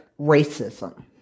racism